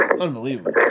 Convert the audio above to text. unbelievable